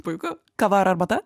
puiku kava arbata